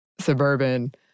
suburban